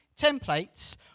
templates